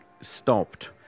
stopped